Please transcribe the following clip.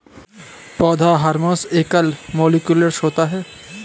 पौधा हार्मोन एकल मौलिक्यूलस होता है